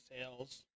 sales